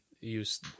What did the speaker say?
use